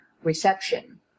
reception